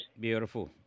Beautiful